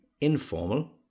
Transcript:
informal